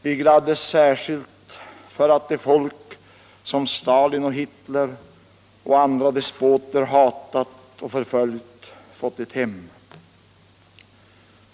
Vi gladde oss särskilt åt att det folk som Stalin och Hitler och andra despoter hatat och förföljt hade fått ett hem.